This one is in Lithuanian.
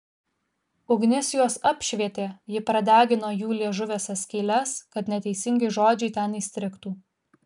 ugnis juos apšvietė ji pradegino jų liežuviuose skyles kad neteisingi žodžiai ten įstrigtų